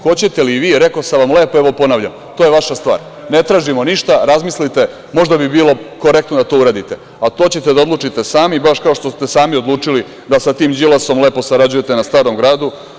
Hoćete li vi rekao sam vam lepo, evo ponavljam, to je vaša stvar, ne tražimo ništa, razmislite možda bi bilo korektno da to uradite, ali to ćete da odlučite sami, baš kao što ste sami odlučili da sa tim Đilasom lepo sarađujete na Starom Gradu.